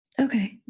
Okay